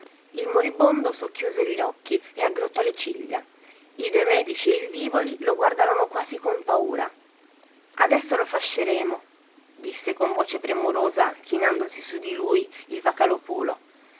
il moribondo schiuse gli occhi e aggrottò le ciglia i due medici e il vivoli lo guardarono quasi con paura adesso lo fasceremo disse con voce premurosa chinandosi su lui il